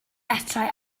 metrau